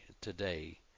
today